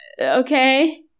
Okay